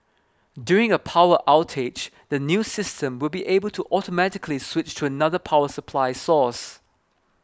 during a power outage the new system will be able to automatically switch to another power supply source